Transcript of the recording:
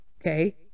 okay